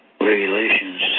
regulations